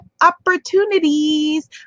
opportunities